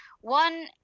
one